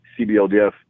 CBLDF